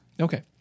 Okay